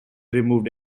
removed